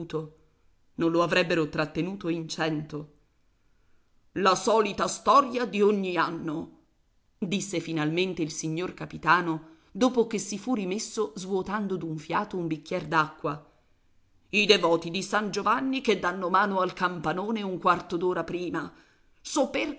non lo avrebbero trattenuto in cento la solita storia di ogni anno disse finalmente il signor capitano dopo che si fu rimesso vuotando d'un fiato un bicchier d'acqua i devoti di san giovanni che danno mano al campanone un quarto d'ora prima